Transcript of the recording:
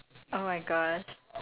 okay okay